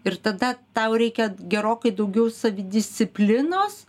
ir tada tau reikia gerokai daugiau savidisciplinos